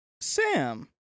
Sam